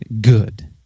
good